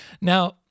Now